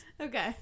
Okay